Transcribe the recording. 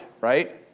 right